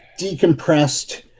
decompressed